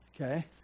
okay